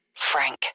Frank